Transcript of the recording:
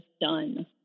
done